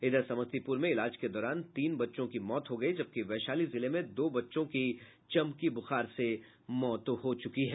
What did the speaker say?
उधर समस्तीपुर में इलाज के दौरान तीन बच्चों की चमकी बुखार से मौत हो गयी है जबकि वैशाली जिले में दो बच्चों की चमकी बुखार से मौत हो चुकी है